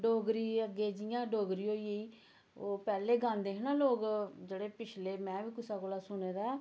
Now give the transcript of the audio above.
डोगरी अग्गें जि'यां डोगरी होई गेई ओ पैह्लें गांदे हे ना लोक जेह्ड़े पिछले मैं बी कुसै कोला सुने दा ऐ